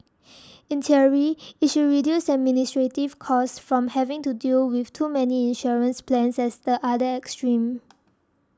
in theory it should reduce administrative costs from having to deal with too many insurance plans as the other extreme